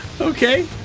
Okay